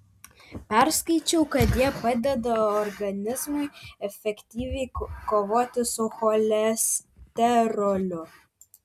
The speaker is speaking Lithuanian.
perskaičiau kad jie padeda organizmui efektyviai kovoti su cholesteroliu